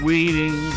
Weeding